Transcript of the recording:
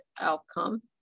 outcome